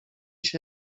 się